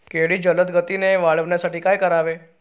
केळी जलदगतीने वाढण्यासाठी काय करावे?